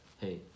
hey